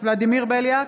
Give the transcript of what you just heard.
ולדימיר בליאק,